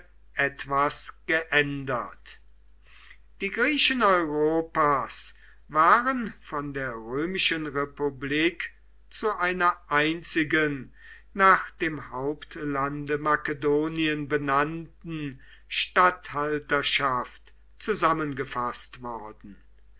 etwas geändert die griechen europas waren von der römischen republik zu einer einzigen nach dem hauptlande makedonien benannten statthalterschaft zusammengefaßt worden